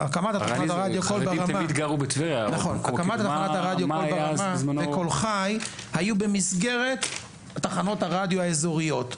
הקמת תחנת הרדיו קול ברמה וקול חי היו במסגרת תחנות הרדיו האזוריות,